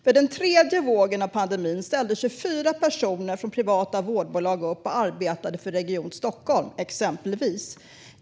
Under den tredje vågen av pandemin ställde 24 personer från privata vårdbolag upp och arbetade för Region Stockholm, exempelvis.